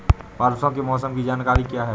परसों के मौसम की जानकारी क्या है?